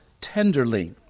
tenderly